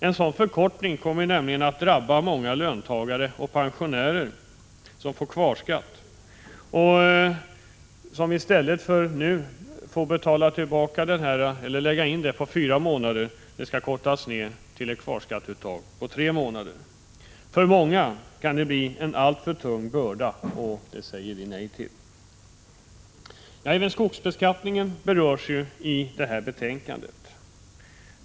En sådan förkortning kommer nämligen att drabba många löntagare och pensionärer på så sätt att deras eventuella kvarskatter skall betalas på tre månader i stället för på fyra. För många kan det bli en för tung börda, och det säger vi nej till. Även frågan om skogsbeskattningen berörs i detta betänkande.